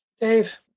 Dave